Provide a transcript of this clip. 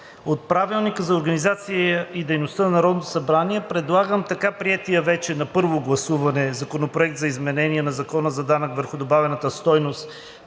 от Правилника за организацията и дейността на Народното събрание предлагам така приетия вече на първо гласуване Законопроект за изменение на Закона за данък върху добавената стойност,